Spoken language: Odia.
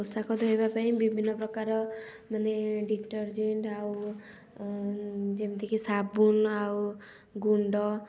ପୋଷାକ ଧୋଇବା ପାଇଁ ବିଭିନ୍ନ ପ୍ରକାର ମାନେ ଡିଟର୍ଜେଣ୍ଟ୍ ଆଉ ଯେମିତିକି ସାବୁନ ଆଉ ଗୁଣ୍ଡ